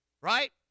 right